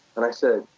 and i said,